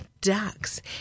ducks